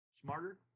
Smarter